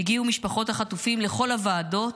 הגיעו משפחות החטופים לכל הוועדות,